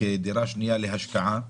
כדירה שנייה להשקעה.